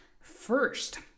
first